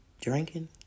drinking